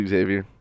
Xavier